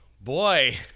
Boy